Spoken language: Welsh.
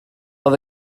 oedd